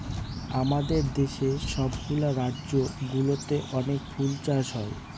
আমাদের দেশের সব গুলা রাজ্য গুলোতে অনেক ফুল চাষ হয়